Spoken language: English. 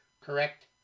correct